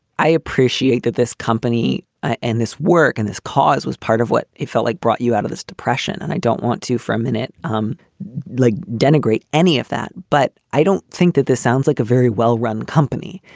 i appreciate that this company ah and this work and this cause was part of what it felt like brought you out of this depression, and i don't want to for a minute um like denigrate any of that, but i don't think that this sounds like a very well-run company.